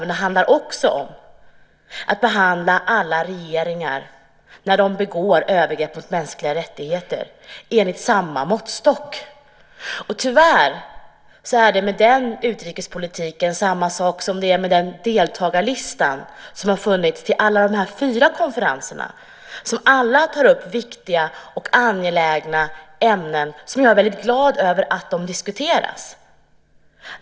Men det handlar också om att behandla alla regeringar, när de begår övergrepp mot mänskliga rättigheter, enligt samma måttstock. Tyvärr är det med den utrikespolitiken samma sak som med den deltagarlista som har funnits till alla de fyra konferenserna. De tar alla upp viktiga och angelägna ämnen, och jag är väldigt glad över att de diskuteras.